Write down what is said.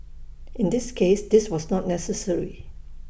in this case this was not necessary